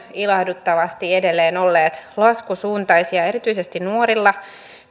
ilahduttavasti edelleen olleet laskusuuntaisia erityisesti nuorilla